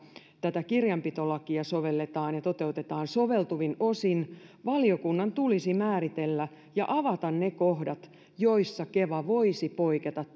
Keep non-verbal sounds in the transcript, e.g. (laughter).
tätä kirjanpitolakia sovelletaan ja toteutetaan soveltuvin osin valiokunnan tulisi määritellä ja avata ne kohdat joissa keva voisi poiketa (unintelligible)